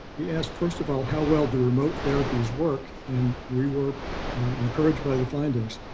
we asked, first of all, how well do remote therapies work and we were encouraged by the findings,